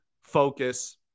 focus